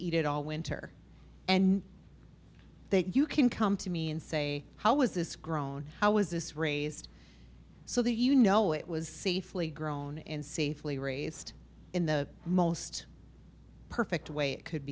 eat it all winter and that you can come to me and say how is this grown how is this raised so that you know it was safely grown in safely raised in the most perfect way it could